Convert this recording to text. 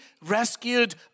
rescued